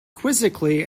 quizzically